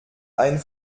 ein